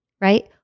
right